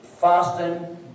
fasting